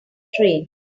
train